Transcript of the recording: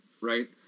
right